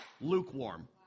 lukewarm